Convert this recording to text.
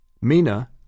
Mina